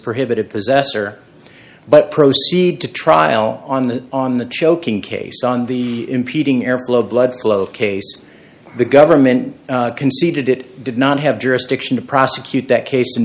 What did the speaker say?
prohibited possessor but proceed to trial on the on the choking case on the impeding airflow blood flow case the government conceded it did not have jurisdiction to prosecute that case